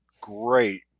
great